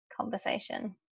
conversation